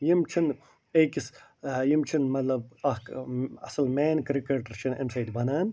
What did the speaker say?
یِم چھِنہٕ أکِس ٲں یِم چھِنہٕ مطلب اکھ اصٕل مین کرکٹر چھِنہٕ اَمہِ سۭتۍ بنان